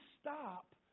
stop